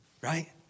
right